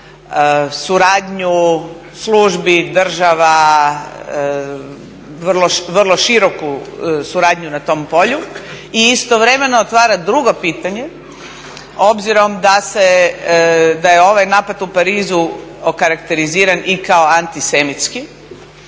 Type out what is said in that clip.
suradnju službi, država, vrlo široku suradnju na tom polju i istovremeno otvara drugo pitanje obzirom da je ovaj napad u Parizu okarakteriziran i kao antisemitski